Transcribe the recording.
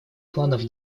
планов